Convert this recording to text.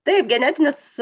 taip genetinis